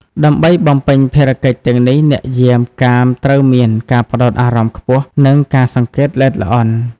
ដើម្បីបំពេញភារកិច្ចទាំងនេះ អ្នកយាមកាមត្រូវមាន ការផ្តោតអារម្មណ៍ខ្ពស់ និង ការសង្កេតល្អិតល្អន់។